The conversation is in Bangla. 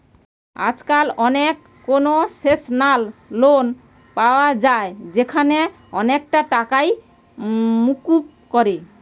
আজকাল অনেক কোনসেশনাল লোন পায়া যায় যেখানে অনেকটা টাকাই মুকুব করে